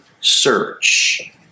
search